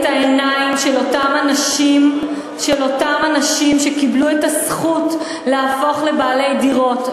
העיניים של אותם אנשים שקיבלו את הזכות להפוך לבעלי דירות,